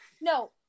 No